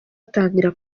atangira